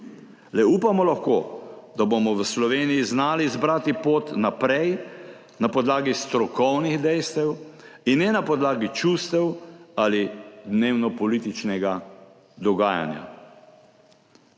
le upamo lahko, da bomo v Sloveniji znali izbrati pot naprej na podlagi strokovnih dejstev in ne na podlagi čustev ali dnevnopolitičnega dogajanja.